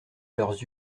leurs